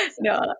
no